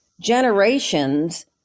generations